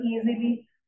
easily